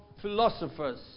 philosophers